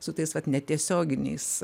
su tais vat netiesioginiais